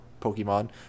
Pokemon